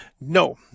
no